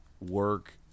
work